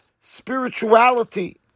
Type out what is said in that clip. spirituality